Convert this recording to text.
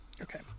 Okay